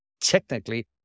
technically